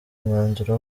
umwanzuro